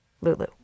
Lulu